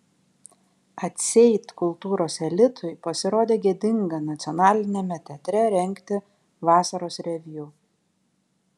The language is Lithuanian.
atseit kultūros elitui pasirodė gėdinga nacionaliniame teatre rengti vasaros reviu